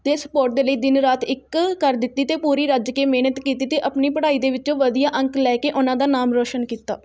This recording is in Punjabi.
ਦੇ ਸਪੋਰਟ ਦੇ ਲਈ ਦਿਨ ਰਾਤ ਇੱਕ ਕਰ ਦਿੱਤੀ ਅਤੇ ਪੂਰੀ ਰੱਜ ਕੇ ਮਿਹਨਤ ਕੀਤੀ ਅਤੇ ਆਪਣੀ ਪੜ੍ਹਾਈ ਦੇ ਵਿੱਚ ਵਧੀਆ ਅੰਕ ਲੈਕੇ ਉਹਨਾਂ ਦਾ ਨਾਮ ਰੋਸ਼ਨ ਕੀਤਾ